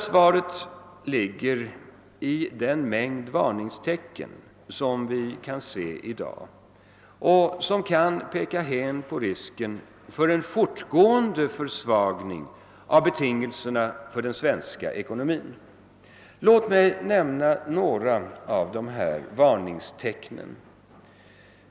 Svaret ligger i den mängd varningstecken som vi kan se i dag och som pekar på risker för en fortgående försvagning av betingelserna för den svenska ekonomin. Jag skall nämna några av dessa varningstecken.